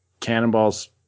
cannonballs